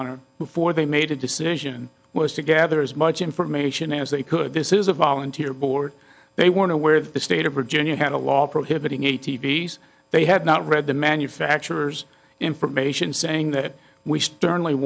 honor before they made a decision was to gather as much information as they could this is a volunteer board they weren't aware that the state of virginia had a law prohibiting a t v s they had not read the manufacturer's information saying that we st